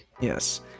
Yes